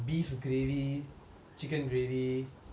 beef gravy chicken gravy